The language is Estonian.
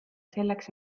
selleks